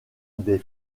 des